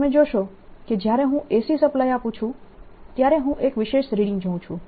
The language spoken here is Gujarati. તો તમે જોશો કે જ્યારે હું AC સપ્લાય આપું છું ત્યારે હું એક વિશેષ રીડિંગ જોઉં છું